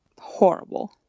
Horrible